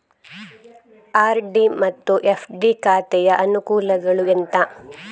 RD ಮತ್ತು FD ಖಾತೆಯ ಅನುಕೂಲಗಳು ಎಂತ?